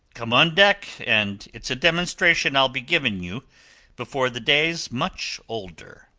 come on deck, and it's a demonstration i'll be giving you before the day's much older.